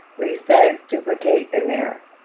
resize, duplicate, and mirror.